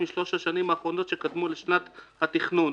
משלוש השנים האחרונות שקדמו לשנת התכנון,